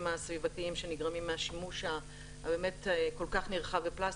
הסביבתיים שנגרמים מהשימוש הבאמת כל כך נרחב בפלסטיק,